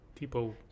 Tipo